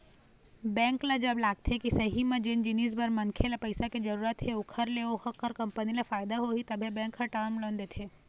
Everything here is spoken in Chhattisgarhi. बेंक ल जब लगथे के सही म जेन जिनिस बर मनखे ल पइसा के जरुरत हे ओखर ले ओखर कंपनी ल फायदा होही तभे बेंक ह टर्म लोन देथे